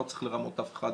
לא צריך לרמות אף אחד,